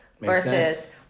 versus